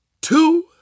two